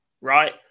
right